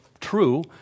true